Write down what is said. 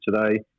today